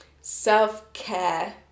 self-care